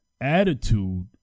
attitude